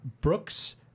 Brooks